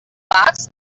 box